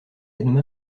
edme